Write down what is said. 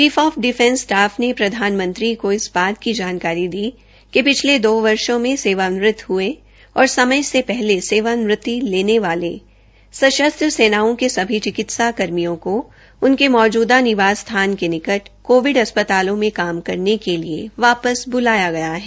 chief of defence staff ने प्रधानमंत्री को इस बात की जानकारी दी कि पिछले दो वर्षो में हये सेवानिवृत हये और समय से पहले सेवानिवृति लेने वाले सशस्त्र सेनाओं के सभी चिकित्सा कर्मियों को उनके मौजूदा निवास स्थान के निकट कोविड अस्प्तालों मे काम करने के लिए ब्लाया गया है